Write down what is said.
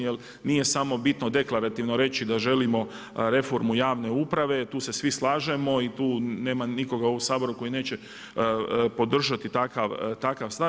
Jer nije samo bitno deklarativno reći da želimo reformu javne uprave, tu se svi slažemo i tu nema nikoga u Saboru koji neće podržati takav stav.